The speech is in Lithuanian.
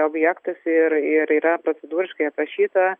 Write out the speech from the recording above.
objektas ir ir yra procedūriškai aprašyta